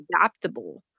adaptable